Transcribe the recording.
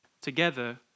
together